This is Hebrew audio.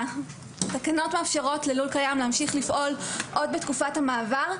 התקנות מאפשרות ללול קיים להמשיך לפעול עוד בתקופת המעבר.